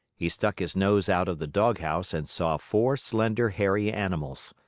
he stuck his nose out of the doghouse and saw four slender, hairy animals.